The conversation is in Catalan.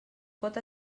pot